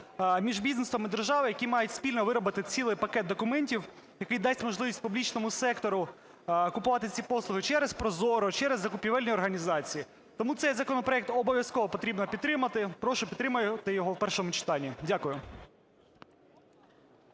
між бізнесом і державою, які мають спільно виробити цілий пакет документів, який дасть можливість публічному сектору купувати ці послуги через ProZorro, через закупівельні організації, тому цей законопроект обов'язково потрібно підтримати. Прошу підтримати його в першому читанні. Дякую.